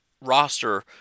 roster